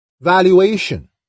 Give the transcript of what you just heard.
valuation